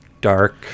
dark